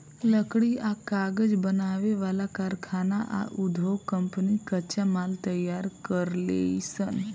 लकड़ी आ कागज बनावे वाला कारखाना आ उधोग कम्पनी कच्चा माल तैयार करेलीसन